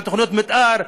על תוכניות מתאר,